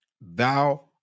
thou